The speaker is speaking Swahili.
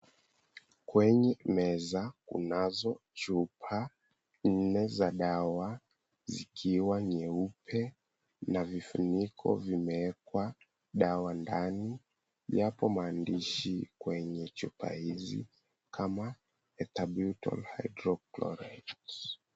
Kwenye meza kunazo chupa nne za dawa zikiwa nyeupe na vifuniko vimeekwa dawa ndani, yapo maandishi kwenye chupa hizi kama, Metabutal Hydrochlorages.